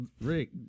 Rick